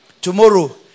Tomorrow